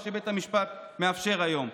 מה שבית המשפט מאפשר היום.